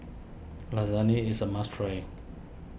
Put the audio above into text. Lasagne is a must try